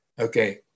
okay